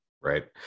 Right